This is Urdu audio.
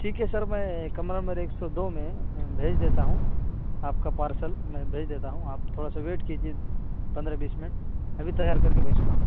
ٹھیک ہے سر میں کمرہ نمبر ایک سو دو میں بھیج دیتا ہوں آپ کا پارسل میں بھیج دیتا ہوں آپ تھوڑا سا ویٹ کیجیے پندرہ بیس منٹ ابھی تیار کرکے بھیجتا ہوں